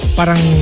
parang